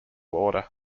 order